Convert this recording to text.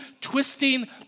twisting